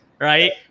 Right